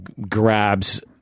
grabs